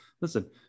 listen